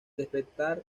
despertar